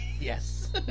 Yes